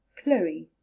chloe.